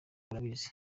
urabizi